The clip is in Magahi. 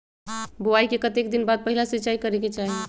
बोआई के कतेक दिन बाद पहिला सिंचाई करे के चाही?